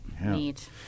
neat